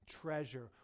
treasure